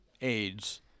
AIDS